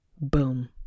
boom